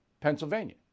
Pennsylvania